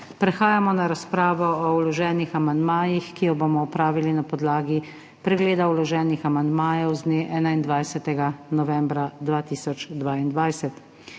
Prehajamo na razpravo o vloženih amandmajih, ki jo bomo opravili na podlagi pregleda vloženih amandmajev z dne 21. november 2022.